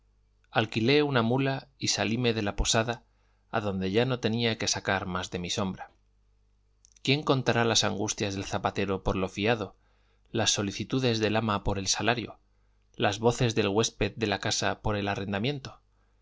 alquilé una mula y salíme de la posada adonde ya no tenía que sacar más de mi sombra quién contará las angustias del zapatero por lo fiado las solicitudes del ama por el salario las voces del huésped de la casa por el arrendamiento